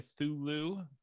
cthulhu